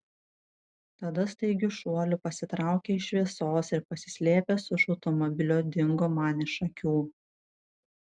tada staigiu šuoliu pasitraukė iš šviesos ir pasislėpęs už automobilio dingo man iš akių